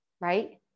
right